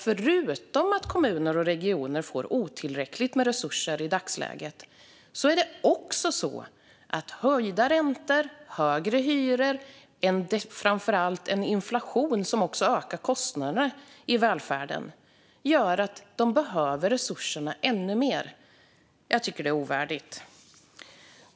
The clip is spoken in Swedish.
Förutom att kommuner och regioner får otillräckligt med resurser i dagsläget innebär också höjda räntor, högre hyror och inflation som ökar kostnaderna i välfärden att resurserna behövs ännu mer. Det är ovärdigt.